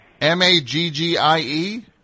m-a-g-g-i-e